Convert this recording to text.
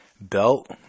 belt